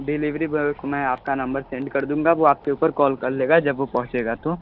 boy को मैं आपका नंबर सेंड कर दूंगा वो आपके ऊपर कॉल कर लेंगा जब वो पहुंचेगा तो